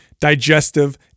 digestive